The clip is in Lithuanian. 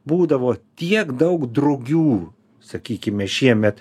būdavo tiek daug drugių sakykime šiemet